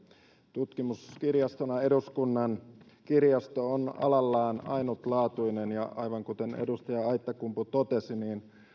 tutkimuskirjastona eduskunnan kirjasto on alallaan ainutlaatuinen ja aivan kuten edustaja aittakumpu totesi niin